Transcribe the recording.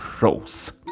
Rose